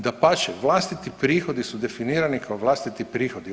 Dapače, vlastiti prihodi su definirani kao vlastiti prihodi.